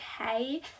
okay